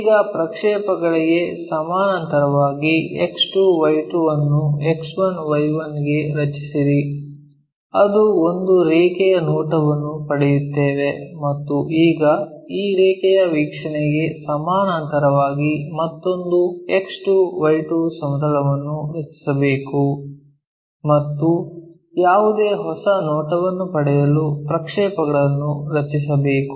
ಈಗ ಈ ಪ್ರಕ್ಷೇಪಗಳಿಗೆ ಸಮಾನಾಂತರವಾಗಿ X2 Y2 ಅನ್ನು X1 Y1 ಗೆ ರಚಿಸಿರಿ ಅದು ಒಂದು ರೇಖೆಯ ನೋಟವನ್ನು ಪಡೆಯುತ್ತೇವೆ ಮತ್ತು ಈಗ ಈ ರೇಖೆಯ ವೀಕ್ಷಣೆಗೆ ಸಮಾನಾಂತರವಾಗಿ ಮತ್ತೊಂದು X2 Y2 ಸಮತಲವನ್ನು ರಚಿಸಬೇಕು ಮತ್ತು ಯಾವುದೇ ಹೊಸ ನೋಟವನ್ನು ಪಡೆಯಲು ಪ್ರಕ್ಷೇಪಗಳನ್ನು ರಚಿಸಬೇಕು